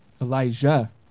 Elijah